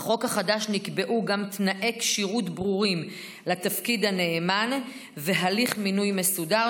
בחוק החדש נקבעו גם תנאי כשירות ברורים לתפקיד הנאמן והליך מינוי מסודר,